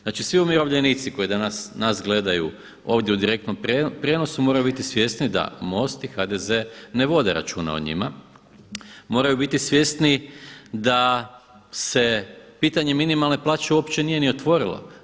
Znači svi umirovljenici koji danas nas gledaju ovdje u direktnom prijenosu moraju biti svjesni da MOST i HDZ ne vode računa o njima, moraju biti svjesni da se pitanje minimalne plaće uopće nije ni otvorilo.